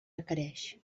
requereix